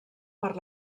per